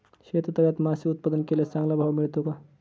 शेततळ्यात मासे उत्पादन केल्यास चांगला भाव मिळतो का?